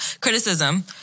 Criticism